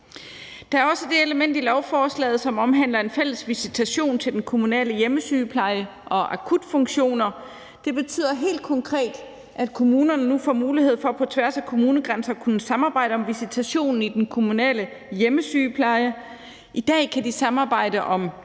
Der er også det element i lovforslaget, som omhandler en fælles visitation til den kommunale hjemmesygepleje og de kommunale akutfunktioner. Det betyder helt konkret, at kommunerne nu får mulighed for på tværs af kommunegrænser at samarbejde om visitationen i den kommunale hjemmesygepleje. I dag kan de samarbejde om